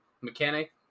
Mechanic